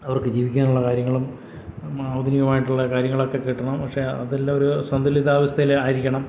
അവർക്ക് ജീവിക്കാനുള്ള കാര്യങ്ങളും ആധുനികമായിട്ടുള്ള കാര്യങ്ങളൊക്കെ കിട്ടണം പക്ഷെ അതെല്ലാം ഒരു സന്തുലിതാവസ്ഥയിൽ ആയിരിക്കണം